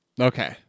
Okay